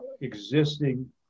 existing